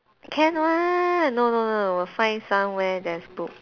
can one no no no will find somewhere that is good